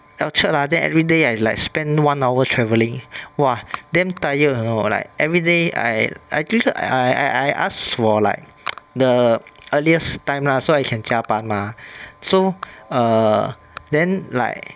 orchard lah then everyday I like spend one hour travelling !wah! damn tired you know like everyday I I act~ I I I ask for like the earliest time lah so I can 加班 mah so err then like